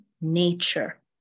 nature